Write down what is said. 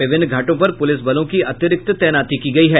विभिन्न घाटों पर पुलिस बलों की अतिरिक्त तैनाती की गयी है